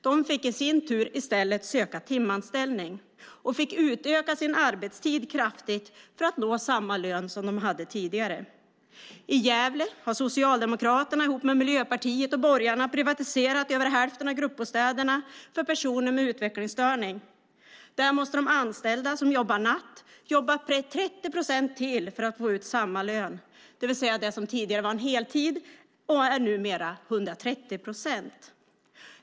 De fick i sin tur i stället söka timanställning och fick utöka sin arbetstid kraftigt för att nå samma lön som de hade tidigare. I Gävle har Socialdemokraterna tillsammans med Miljöpartiet och borgarna privatiserat över hälften av gruppbostäderna för personer med utvecklingsstörning. Där måste de anställda som jobbar natt jobba 30 procent mer för att få ut samma lön, det vill säga att det som tidigare var en heltid är numera 130 procent.